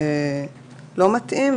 לא מתאים.